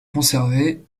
conservé